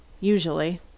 usually